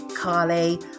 Carly